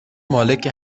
مالک